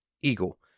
eagle